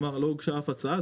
לא הוגשה אף הצעה.